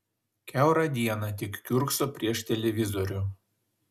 kiaurą dieną tik kiurkso prieš televizorių